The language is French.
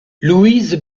louise